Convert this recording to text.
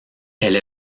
elle